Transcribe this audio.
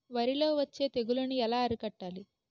వరిలో వచ్చే తెగులని ఏలా అరికట్టాలి?